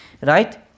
right